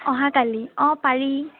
অহাকালি অ পাৰি